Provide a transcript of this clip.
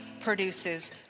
produces